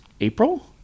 April